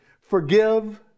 forgive